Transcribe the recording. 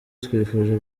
twifuje